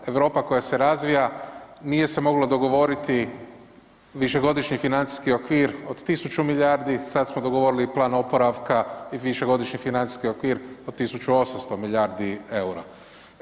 Europa koja se razvija, nije se moglo dogovoriti višegodišnji financijski okvir od 1000 milijardi sad smo dogovorili i plan oporavka i višegodišnji financijski okvir od 1800 milijardi EUR-a.